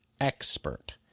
expert